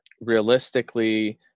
realistically